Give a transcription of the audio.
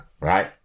Right